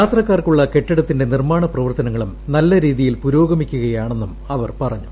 യാത്രക്കാർക്കുള്ള കെട്ടിടത്തിന്റെ നിർമ്മാണ പ്രവർത്തനങ്ങളും നല്ല രീതിയിൽ പുരോഗമിക്കുകയാണെന്നും അവർ പറഞ്ഞു